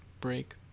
break